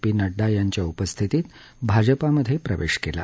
P Nadda यांच्या उपस्थितीत भाजपात प्रवेश केला